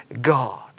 God